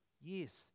Yes